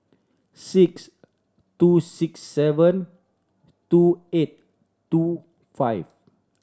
six two six seven two eight two five